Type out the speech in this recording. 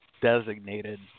designated